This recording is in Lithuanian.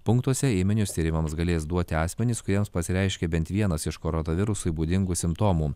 punktuose ėminius tyrimams galės duoti asmenys kuriems pasireiškė bent vienas iš koronavirusui būdingų simptomų